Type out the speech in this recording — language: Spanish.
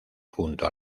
junto